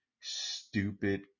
stupid